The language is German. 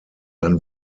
ein